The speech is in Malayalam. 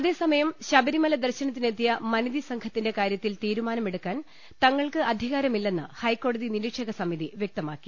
അതേസമയം ശബരിമല ദർശനത്തിനെത്തിയ മനിതി സംഘത്തിന്റെ കാര്യത്തിൽ തീരുമാനമെടുക്കാൻ തങ്ങൾക്ക് അധികാരമില്ലെന്ന് ഹൈക്കോടതി നിരീക്ഷക സമിതി വൃക്തമാക്കി